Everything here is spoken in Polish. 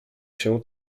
się